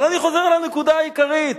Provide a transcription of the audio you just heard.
אבל אני חוזר אל הנקודה העיקרית,